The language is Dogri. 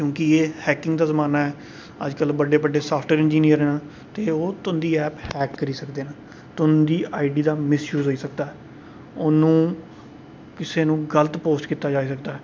क्योंकि एह् हैकिंग दा जमाना ऐ अजकल साफ्टवेयर इंजीनियर न ते ओह् तुं'दी ऐप हैक करी सकदे न तुं'दी आई डी दा मिस यूज़ होई सकदा ऐ ओन्नू किसे नू गलत पोस्ट कीता जाई सकदा ऐ